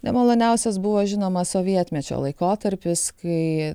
nemaloniausias buvo žinoma sovietmečio laikotarpis kai